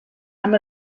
amb